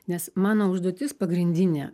nes mano užduotis pagrindinė